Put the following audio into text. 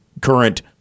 current